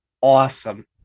awesome